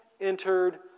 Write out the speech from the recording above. entered